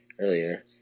Earlier